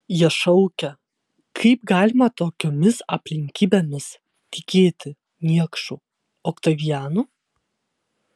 jie šaukė kaip galima tokiomis aplinkybėmis tikėti niekšu oktavianu